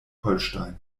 holstein